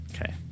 Okay